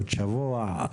עוד שבוע?